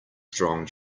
strong